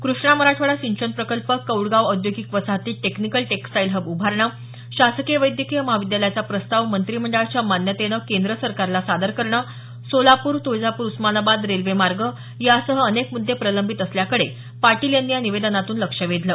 क्रष्णा मराठवाडा सिंचन प्रकल्प कौडगाव औद्योगिक वसाहतीत टेक्निकल टेक्सटाईल हब उभारणं शासकीय वैद्यकीय महाविद्यालयाचा प्रस्ताव मंत्रिमंडळाच्या मान्यतेनं केंद्र सरकारला सादर करणं सोलापूर तुळजापूर उस्मानाबाद रेल्वे मार्ग यासह अनेक मुद्दे प्रलंबित असल्याकडे पाटील यांनी या निवेदनातून लक्ष वेधलं